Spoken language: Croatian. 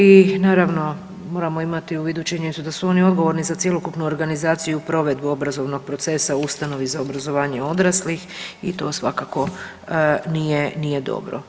I naravno moramo imati u vidu činjenicu da su oni odgovorni za cjelokupnu organizaciju i provedbu obrazovnog procesa u ustanovi za obrazovanje odraslih i to svakako nije, nije dobro.